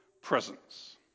presence